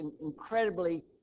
incredibly